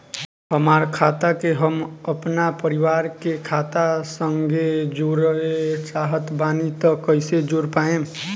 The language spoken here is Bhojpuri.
हमार खाता के हम अपना परिवार के खाता संगे जोड़े चाहत बानी त कईसे जोड़ पाएम?